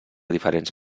diferents